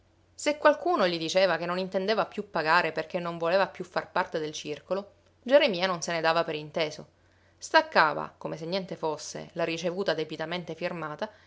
se qualcuno gli diceva che non intendeva più pagare perché non voleva più far parte del circolo geremia non se ne dava per inteso staccava come se niente fosse la ricevuta debitamente firmata